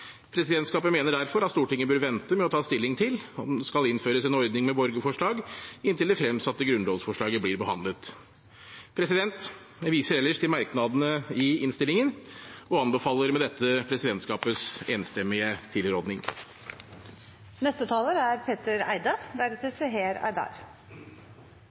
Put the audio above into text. Presidentskapet mener derfor at Stortinget bør vente med å ta stilling til om det skal innføres en ordning med borgerforslag inntil det fremsatte grunnlovsforslaget blir behandlet. Jeg viser ellers til merknadene i innstillingen og anbefaler med dette presidentskapets enstemmige tilråding. God morgen! La meg klargjøre SVs posisjon først. Vi er